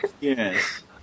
Yes